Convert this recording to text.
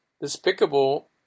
despicable